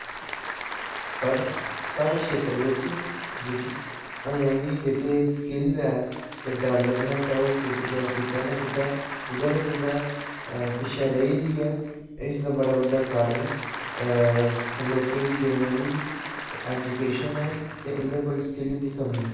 पर साढ़े क्षेत्र बिच्च जेह्की अजें बी जेह्की स्किल ऐ ते डेवेल्पमेंट ऐ ओह् किते ना किते कुदै ना कुदै पिच्छें रेही दी ऐ इसदा बड़ा बड्डा कारण लोकें गी देने आह्ली एजुकेशन ऐ ते उं'दे कोल स्किल दी कमी ऐ